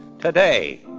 today